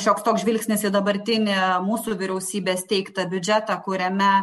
šioks toks žvilgsnis į dabartinį mūsų vyriausybės teiktą biudžetą kuriame